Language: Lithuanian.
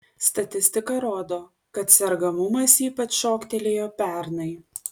statistika rodo kad sergamumas ypač šoktelėjo pernai